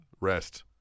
Rest